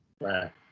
right